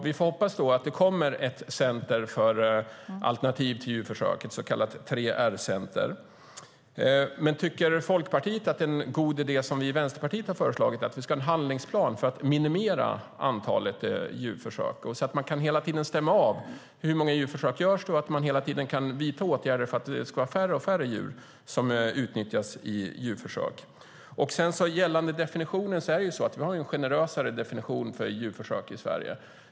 Vi får hoppas att det kommer ett center för alternativ till djurförsök, ett så kallat 3R-center. Tycker Folkpartiet att Vänsterpartiets idé är god, nämligen att ha en handlingsplan för att minimera antalet djurförsök? Då kan vi hela tiden stämma av antalet djurförsök och vidta åtgärder så att färre djur utnyttjas i djurförsök. Sedan var det frågan om definition. Sverige har en generösare definition av djurförsök i Sverige.